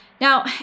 Now